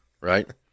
right